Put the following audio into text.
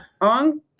on